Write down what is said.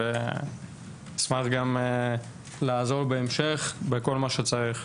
אשמח גם לעזור בהמשך בכל מה שצריך.